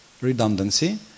redundancy